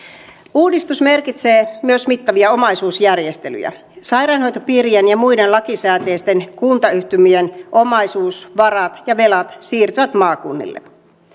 uudistus merkitsee myös mittavia omaisuusjärjestelyjä sairaanhoitopiirien ja muiden lakisääteisten kuntayhtymien omaisuus varat ja velat siirtyvät maakunnille